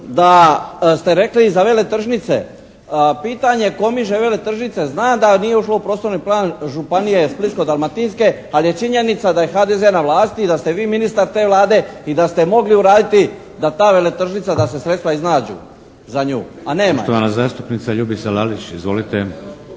da ste rekli za veletržnice. Pitanje Komiže veletržnice znam da nije ušlo u prostorni plan Županije Splitsko-dalmatinske ali je činjenica da je HDZ na vlasti i da ste vi ministar te Vlade i da ste mogli uraditi da ta veletržnica, da se sredstva iznađu za nju a nema